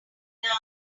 where